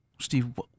Steve